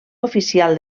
oficial